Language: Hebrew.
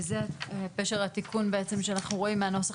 וזה פשר התיקון בעצם שאנחנו רואים מהנוסח